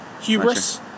hubris